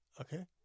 okay